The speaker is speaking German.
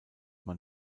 man